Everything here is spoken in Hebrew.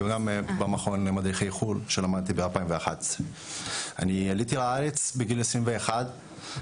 וגם במכון למדריכי חו"ל שלמדתי ב- 2011. אני עליתי לארץ בגיל 21,